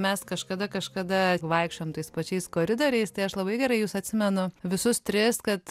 mes kažkada kažkada vaikščiojom tais pačiais koridoriais tai aš labai gerai jus atsimenu visus tris kad